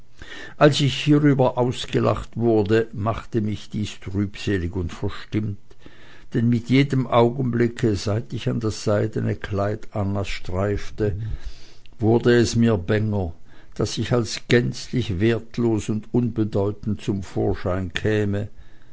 als hierüber gelacht wurde machte mich dies trübselig und verstimmt denn mit jedem augenblicke seit ich an das seidene kleid annas streifte wurde es mir bänger daß ich als gänzlich wertlos und unbedeutend zum vorschein käme